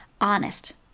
honest